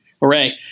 Hooray